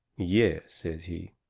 yes, says he.